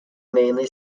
mainly